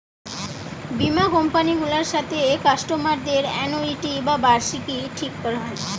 বীমা কোম্পানি গুলার সাথে কাস্টমারদের অ্যানুইটি বা বার্ষিকী ঠিক কোরা হয়